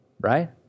Right